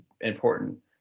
important